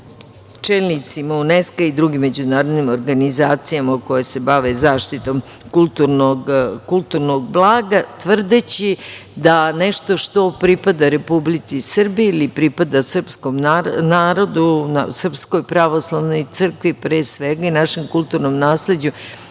čelnicima UNESKA i drugim međunarodnim organizacijama koje se bave zaštitom kulturnog blaga, tvrdeći da nešto što pripada Republici Srbiji ili pripada srpskom narodu, SPC, pre svega, i našem kulturnom nasleđu,